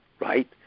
right